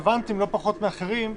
הדיון,